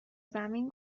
زمین